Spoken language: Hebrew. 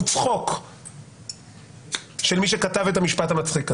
צחוק של מי שכתב את המשפט המצחיק הזה.